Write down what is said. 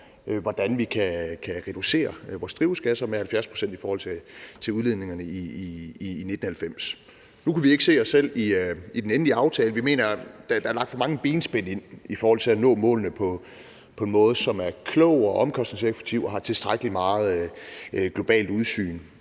hvordan vi kan reducere mængden af drivhusgasser med 70 pct. i forhold til udledningerne i 1990. Nu kunne vi ikke se os selv i den endelige aftale. Vi mener, at der er lagt for mange benspænd ind i forhold til at nå målene på en måde, som er klog og omkostningseffektiv og har tilstrækkelig meget globalt udsyn.